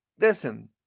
Listen